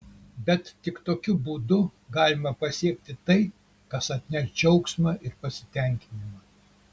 bet tik tokiu būdu galima pasiekti tai kas atneš džiaugsmą ir pasitenkinimą